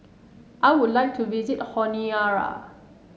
I would like to visit Honiara